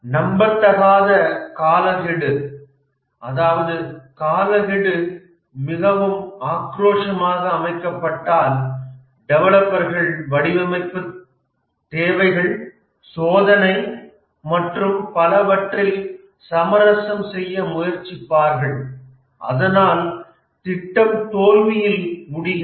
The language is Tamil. நம்பத்தகாத காலக்கெடு அதாவது காலக்கெடு மிகவும் ஆக்ரோஷமாக அமைக்கப்பட்டால் டெவலப்பர்கள் வடிவமைப்பு தேவைகள் சோதனை மற்றும் பலவற்றில் சமரசம் செய்ய முயற்சிப்பார்கள் அதனால் திட்டம் தோல்வியில் முடிகிறது